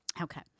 Okay